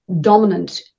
dominant